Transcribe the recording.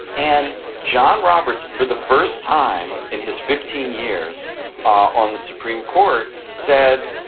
and john roberts, for the first time in his fifteen years on the supreme court, said,